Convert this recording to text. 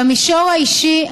במישור האישי,